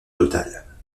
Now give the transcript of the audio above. totale